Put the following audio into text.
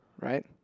right